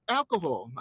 alcohol